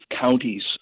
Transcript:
counties